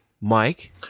Mike